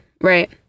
Right